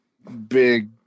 big